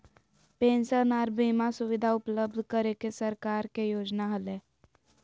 pension आर बीमा सुविधा उपलब्ध करे के सरकार के योजना हलय